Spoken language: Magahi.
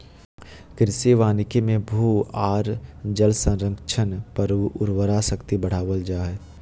कृषि वानिकी मे भू आर जल संरक्षण कर उर्वरा शक्ति बढ़ावल जा हई